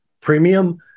premium